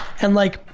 and like,